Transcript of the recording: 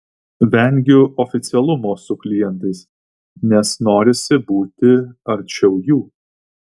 vengiu oficialumo su klientais nes norisi būti arčiau jų